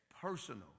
personal